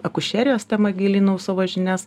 akušerijos tema gilinau savo žinias